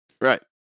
right